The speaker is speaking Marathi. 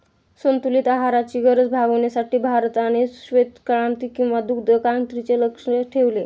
संतुलित आहाराची गरज भागविण्यासाठी भारताने श्वेतक्रांती किंवा दुग्धक्रांतीचे लक्ष्य ठेवले